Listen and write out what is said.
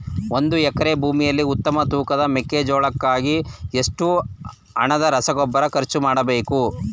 ಒಂದು ಎಕರೆ ಭೂಮಿಯಲ್ಲಿ ಉತ್ತಮ ತೂಕದ ಮೆಕ್ಕೆಜೋಳಕ್ಕಾಗಿ ಎಷ್ಟು ಹಣದ ರಸಗೊಬ್ಬರ ಖರ್ಚು ಮಾಡಬೇಕು?